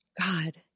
God